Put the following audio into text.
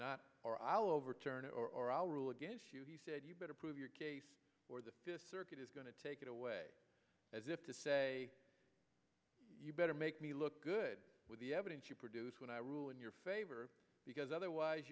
not or i'll overturn or our rule against you he said you better prove your case or the circuit is going to take it away as if to say you better make me look good with the evidence you produce when i rule in your favor because otherwise